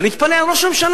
ואני מתפלא על ראש הממשלה.